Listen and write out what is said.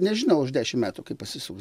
nežinau už dešimt metų kaip pasisuks